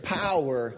power